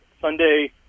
Sunday